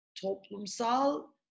toplumsal